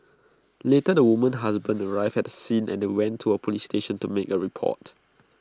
later the woman's husband arrived at the scene and they went to A Police station to make A report